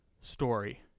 story